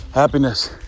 Happiness